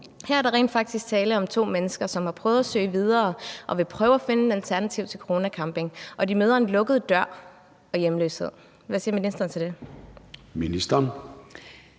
Her er der rent faktisk tale om to mennesker, som har prøvet at søge videre og vil prøve at finde et alternativ til Corona Camping, og de møder en lukket dør og hjemløshed. Hvad siger ministeren til det? Kl.